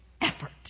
effort